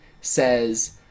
says